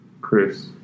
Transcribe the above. Chris